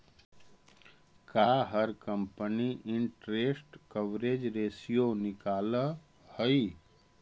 का हर company interest coverage ratio निकालअ हई